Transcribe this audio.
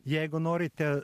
jeigu norite